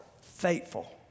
Faithful